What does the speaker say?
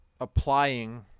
applying